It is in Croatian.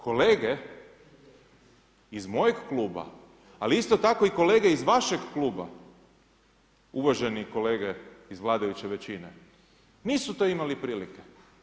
Kolege iz mojeg kluba ali isto tako i kolege uz vašeg kluba, uvaženi kolege iz vladajuće većine, nisu to imali prilike.